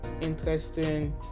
interesting